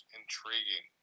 intriguing